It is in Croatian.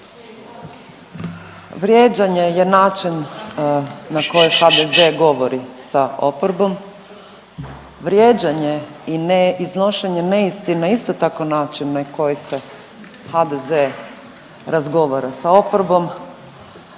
vrijeđanje je način na koji HDZ govori sa oporbom. Vrijeđanje i ne iznošenje neistina isto tako način na koji se HDZ razgovara sa oporbom.